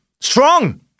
strong